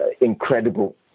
incredible